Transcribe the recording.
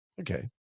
Okay